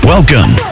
Welcome